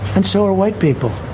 and so are white people.